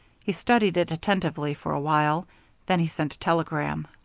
he studied it attentively for a while then he sent a telegram